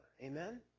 Amen